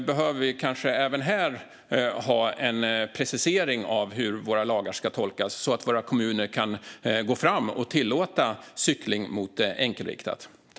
Behöver vi kanske även här ha en precisering av hur våra lagar ska tolkas så att våra kommuner kan gå fram och tillåta cykling mot enkelriktat?